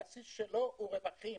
הבסיס שלו זה רווחים,